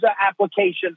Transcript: applications